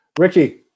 Ricky